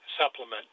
supplement